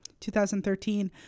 2013